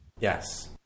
Yes